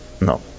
no